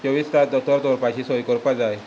चोवीस तास दोतोर दवरपाची सोय करपाक जाय